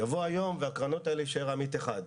יבוא היום ובקרנות האלה יישאר עמית אחד,